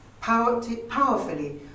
powerfully